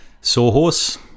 sawhorse